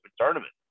tournament